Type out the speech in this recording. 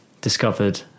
discovered